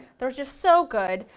they're just so good,